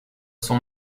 son